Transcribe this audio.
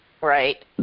Right